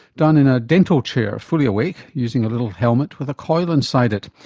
done in a dental chair fully awake using a little helmet with a coil inside it.